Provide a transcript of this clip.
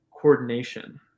coordination